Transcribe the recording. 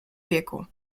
wieku